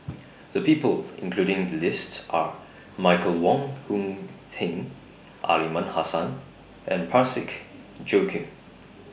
The People included in The list Are Michael Wong Hong Teng Aliman Hassan and Parsick Joaquim